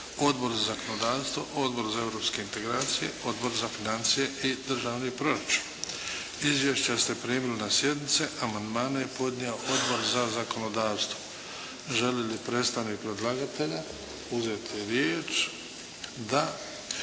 Odbor za zakonodavstvo, Odbor za europske integracije, Odbor za financije i državni proračun. Izvješća ste primili na sjednici. Amandmane je podnio Odbor za zakonodavstvo. Želi li predstavnik predlagatelja uzet riječ? Da.